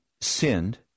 sinned